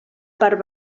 part